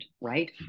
right